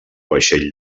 vaixell